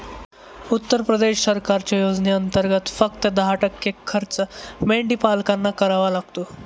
उत्तर प्रदेश सरकारच्या योजनेंतर्गत, फक्त दहा टक्के खर्च मेंढीपालकांना करावा लागतो